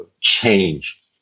change